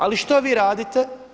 Ali što vi radite?